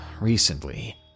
recently